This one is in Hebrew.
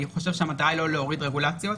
אני חושב שהמטרה היא לא להוריד רגולציות.